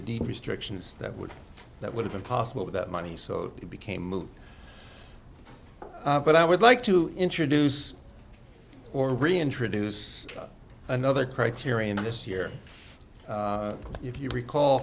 the deep restrictions that would that would have been possible without money so it became moot but i would like to introduce or reintroduce another criterion in this year if you recall